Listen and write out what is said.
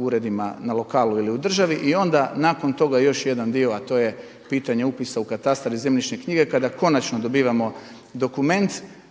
uredima na lokalu ili u državi i onda nakon toga još jedan dio a to je pitanje upisa u katastar i zemljišne knjige kada konačno dobivamo dokument